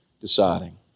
deciding